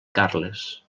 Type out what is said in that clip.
carles